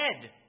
dead